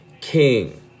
King